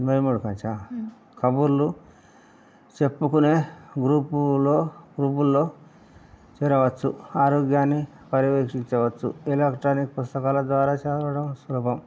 ఎనబై మూడు కానుంచా కబుర్లు చెప్పుకునే గ్రూపులో క్రబ్బుల్లో చేరవచ్చు ఆరోగ్యాన్ని పర్యవేక్షించవచ్చు ఎలక్ట్రానిక్ పుస్తకాల ద్వారా చదవడం సులభం